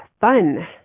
fun